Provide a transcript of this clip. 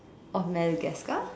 of Madagascar